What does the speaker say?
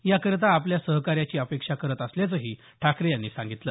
या करिता आपल्या सहकार्याची अपेक्षा करत असल्याचंही ठाकरे यांनी सांगितलं